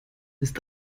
ist